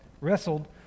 Wrestled